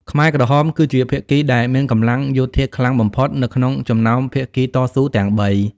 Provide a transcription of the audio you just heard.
ខ្មែរក្រហមគឺជាភាគីដែលមានកម្លាំងយោធាខ្លាំងបំផុតនៅក្នុងចំណោមភាគីតស៊ូទាំងបី។